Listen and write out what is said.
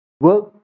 Work